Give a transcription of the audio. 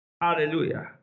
hallelujah